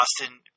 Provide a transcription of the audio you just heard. Austin